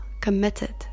committed